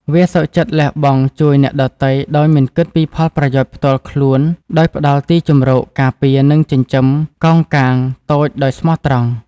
វាសុខចិត្តលះបង់ជួយអ្នកដទៃដោយមិនគិតពីផលប្រយោជន៍ផ្ទាល់ខ្លួន ដោយផ្តល់ទីជម្រក ការពារ និងចិញ្ចឹមកោងកាងតូចដោយស្មោះត្រង់។